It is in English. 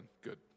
Good